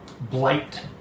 blight